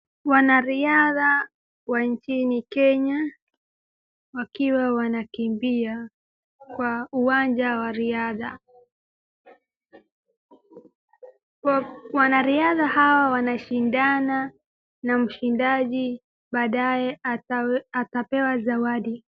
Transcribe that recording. Wanariadha wa nchini Kenya wakiwa wanakimbia kwa uwanja wa riadha, wanariadha hawa wanashindana na mshindaji baadae atapewa zawadi.